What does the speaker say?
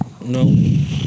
No